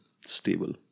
stable